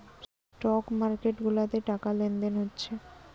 stock market গুলাতে টাকা লেনদেন হচ্ছে